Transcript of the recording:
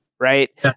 right